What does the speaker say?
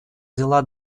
дела